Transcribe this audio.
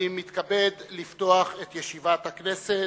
אני מתכבד לפתוח את ישיבת הכנסת.